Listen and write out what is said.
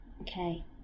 okay